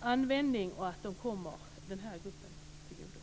används så att de kommer den här gruppen till godo.